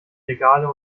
regale